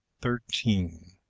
thirteen.